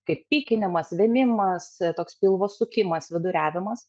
kaip pykinimas vėmimas toks pilvo sukimas viduriavimas